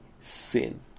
sin